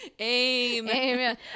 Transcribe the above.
Amen